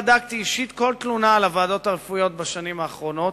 בדקתי אישית כל תלונה על הוועדות הרפואיות בשנים האחרונות,